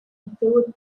improved